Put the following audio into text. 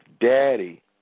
daddy